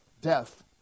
death